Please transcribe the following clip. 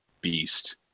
beast